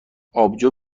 آبجو